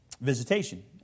visitation